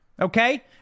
Okay